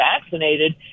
vaccinated